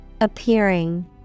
appearing